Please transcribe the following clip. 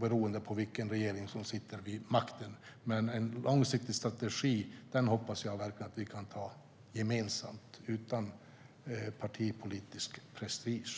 beroende på vilken regering som sitter vid makten, men en långsiktig strategi hoppas jag verkligen att vi kan anta gemensamt - utan partipolitisk prestige.